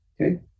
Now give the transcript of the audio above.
okay